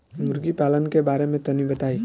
मुर्गी पालन के बारे में तनी बताई?